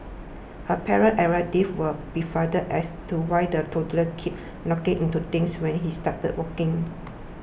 her parents and relatives were befuddled as to why the toddler kept knocking into things when she started walking